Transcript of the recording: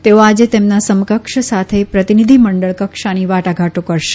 તેઓ આજે તેમના સમકક્ષ સાથે પ્રતિનિધિ મંડળ કક્ષાની વાટાઘાટો કરશે